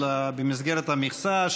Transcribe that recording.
אלא במסגרת המכסה,